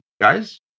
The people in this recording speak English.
Guys